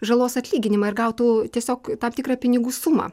žalos atlyginimą ir gautų tiesiog tam tikrą pinigų sumą